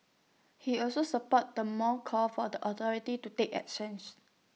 he also supported the mall's call for the authorities to take actions